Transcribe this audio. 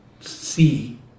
see